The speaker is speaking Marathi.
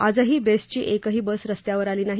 आजही बेस्टची एकही बस रस्त्यावर आली नाही